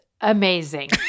amazing